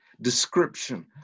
description